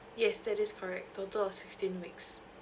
yes that is correct total of sixteen weeks